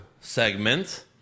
segment